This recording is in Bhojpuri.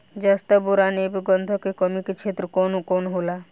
जस्ता बोरान ऐब गंधक के कमी के क्षेत्र कौन कौनहोला?